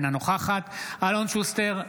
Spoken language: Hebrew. אינה נוכחת אלון שוסטר,